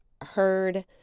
heard